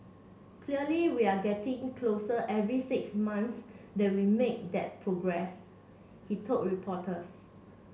clearly we're getting closer every six months that we make that progress he told reporters